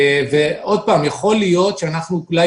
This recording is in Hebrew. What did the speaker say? עוד פעם, יכול להיות שאנחנו אולי